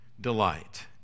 delight